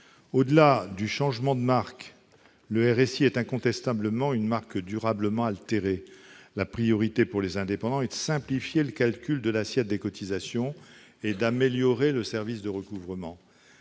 Au-delà du changement de marque- le RSI est incontestablement une marque durablement altérée -, la priorité pour les indépendants est de simplifier le calcul de l'assiette des cotisations et d'améliorer le service de recouvrement.